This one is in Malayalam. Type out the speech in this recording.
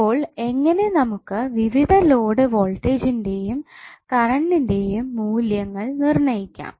അപ്പോൾ എങ്ങനെ നമുക്ക് വിവിധ ലോഡ് വോൾറ്റേജ്ജിന്റെ യും കറണ്ടിന്റെയും മൂല്യങ്ങൾ നിർണ്ണയിക്കാം